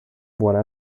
buona